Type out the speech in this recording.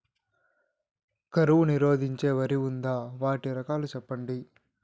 కరువు నిరోధించే వరి ఉందా? వాటి రకాలు చెప్పండి?